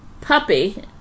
puppy